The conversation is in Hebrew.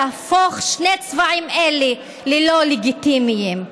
להפוך את שני הצבעים האלה ללא לגיטימיים.